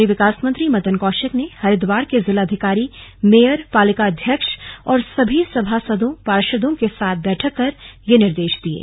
शहरी विकास मंत्री मदन कौशिक ने हरिद्वार के जिलाधिकारी मेयर पालिका अध्यक्ष और सभी सभासदों पार्षदों के साथ बैठक कर यह निर्देश दिये